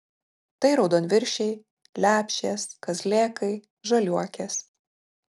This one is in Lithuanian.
tai raudonviršiai lepšės kazlėkai žaliuokės